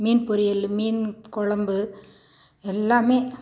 மீன் பொரியல் மீன் குழம்பு எல்லாமே